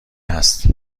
است